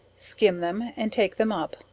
skim them, and take them up,